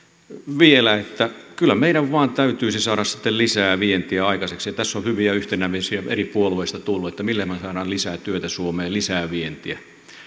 vielä kyllä meidän vain täytyisi saada lisää vientiä aikaiseksi tässä on hyviä yhteneväisiä ajatuksia eri puolueista tullut millä me saamme lisää työtä suomeen lisää vientiä